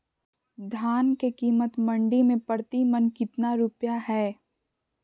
धान के कीमत मंडी में प्रति मन कितना रुपया हाय?